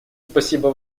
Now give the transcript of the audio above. спасибо